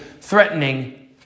threatening